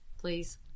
Please